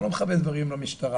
אני לא מכוון דברים למשטרה,